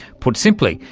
put simply,